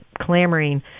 clamoring